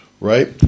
right